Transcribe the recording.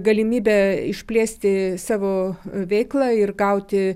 galimybė išplėsti savo veiklą ir gauti